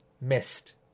missed